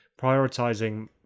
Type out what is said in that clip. prioritizing